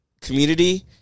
community